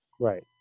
Right